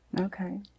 Okay